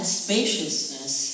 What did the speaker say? spaciousness